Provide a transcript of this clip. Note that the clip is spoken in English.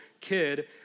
kid